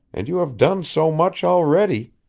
and you have done so much already